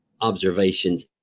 observations